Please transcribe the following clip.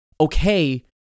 okay